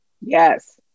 Yes